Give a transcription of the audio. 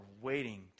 waiting